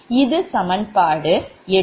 இது சமன்பாடு 8910